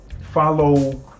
follow